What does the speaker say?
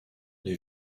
les